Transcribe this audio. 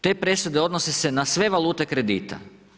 Te presude, odnose se na sve valute kredita.